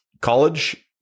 college